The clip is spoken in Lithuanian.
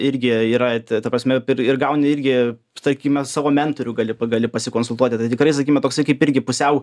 irgi yra ta prasme ir gauni irgi tarkime savo mentorių gali pagali pasikonsultuoti tai tikrai sakykime toksai kaip irgi pusiau